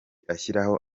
ashyiraho